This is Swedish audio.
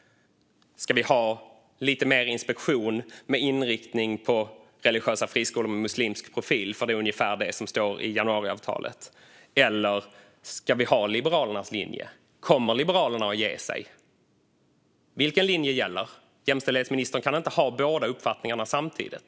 Ska vi ha lite mer inspektion med inriktning på religiösa friskolor med muslimsk profil, för det är ungefär det som står i Tidöavtalet? Eller ska vi ha Liberalernas linje? Kommer Liberalerna att ge sig? Vilken linje gäller? Jämställdhetsministern kan inte ha båda uppfattningarna samtidigt.